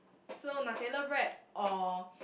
so Nutella bread or